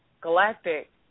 Galactic